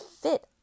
fit